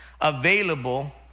available